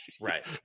Right